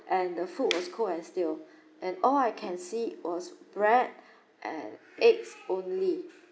and the food was cold and stale and all I can see was bread and eggs only